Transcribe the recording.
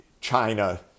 China